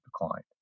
declined